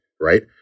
right